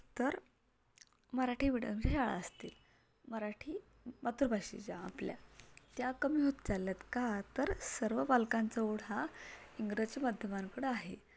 तर मराठी मिडियमच्या शाळा असतील मराठी मातृभाषी ज्या आपल्या त्या कमी होत चालल्या आहेत का तर सर्व पालकांचा ओढा इंग्रजी माध्यमांकडं आहे